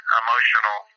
emotional